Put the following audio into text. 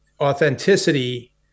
authenticity